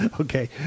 Okay